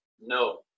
No